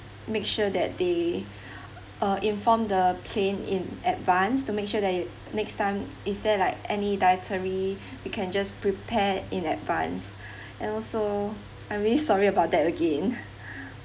make sure that they uh informed the plane in advance to make sure that they next time is there like any dietary we can just prepared in advance and also I'm really sorry about that again